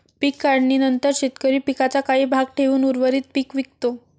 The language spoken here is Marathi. पीक काढणीनंतर शेतकरी पिकाचा काही भाग ठेवून उर्वरित पीक विकतो